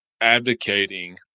advocating